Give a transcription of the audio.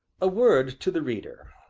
a word to the reader